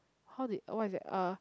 how did what is that uh